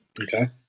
Okay